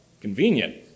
Convenient